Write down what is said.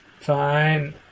Fine